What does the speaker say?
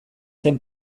zen